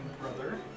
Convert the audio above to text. brother